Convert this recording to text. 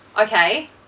okay